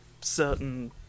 certain